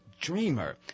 dreamer